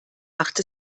macht